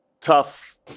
tough